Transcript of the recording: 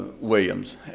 Williams